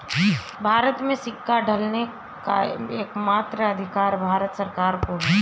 भारत में सिक्का ढालने का एकमात्र अधिकार भारत सरकार को है